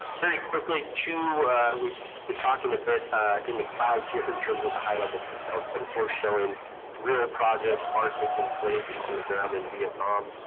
very quickly, two we've been talking a bit in the clouds here in terms of the high level details but it's worth showing real projects are taking place on the ground in vietnam,